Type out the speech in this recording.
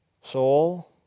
soul